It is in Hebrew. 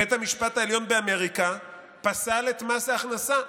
בית המשפט העליון באמריקה פסל את מס ההכנסה".